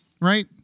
right